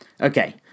Okay